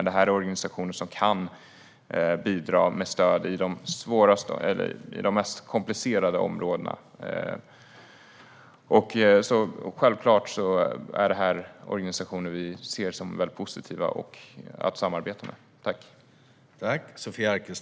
Det här är organisationer som kan bidra med stöd i de mest komplicerade områdena, och självklart ser vi det som positivt att samarbeta med dem.